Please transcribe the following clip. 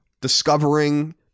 Discovering